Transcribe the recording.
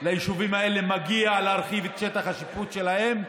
ליישובים האלה מגיע להרחיב את שטח השיפוט שלהם.